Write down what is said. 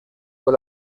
con